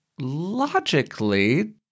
logically